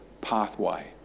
pathway